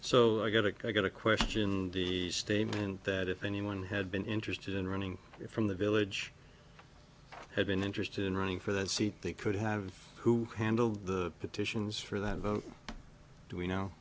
so i get it going to question the statement that if anyone had been interested in running from the village had been interested in running for the seat they could have who handled the petitions for that vote do we know